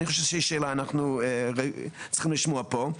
אני חושב שזו שאלה שאנחנו צריכים לשמוע פה.